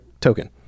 token